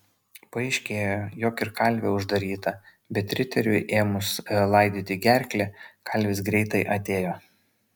paaiškėjo jog ir kalvė uždaryta bet riteriui ėmus laidyti gerklę kalvis greitai atėjo